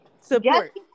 support